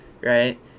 right